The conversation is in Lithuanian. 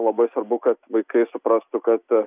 labai svarbu kad vaikai suprastų kad